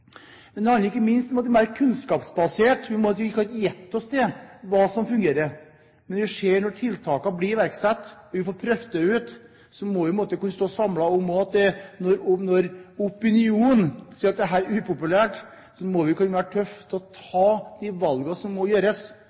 det handler ikke minst om kunnskap – vi kan ikke gjette oss til hva som fungerer. Når tiltakene blir iverksatt og vi får prøvd dem ut, må vi kunne stå samlet. Når opinionen mener at dette er upopulært, må vi være tøffe og ta de valgene som må